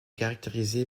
caractérisée